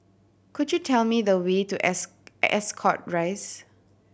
could you tell me the way to S Ascot Rise